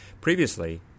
Previously